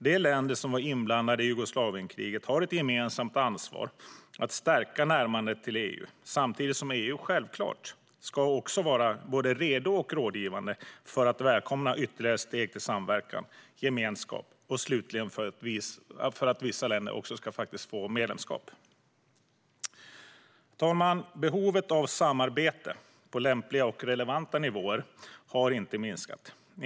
De länder som var inbladade i Jugoslavienkriget har ett gemensamt ansvar att stärka närmandet till EU samtidigt som EU självklart ska vara både redo och rådgivande när det gäller att välkomna ytterligare steg till samverkan och gemenskap och slutligen för att vissa länder också ska få medlemskap. Herr talman! Behovet av samarbete på lämpliga och relevanta nivåer har inte minskat.